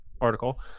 article